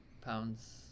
pounds